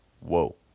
whoa